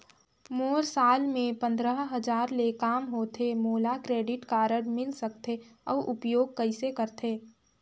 मोर साल मे पंद्रह हजार ले काम होथे मोला क्रेडिट कारड मिल सकथे? अउ उपयोग कइसे करथे?